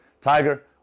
Tiger